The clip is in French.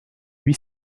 huit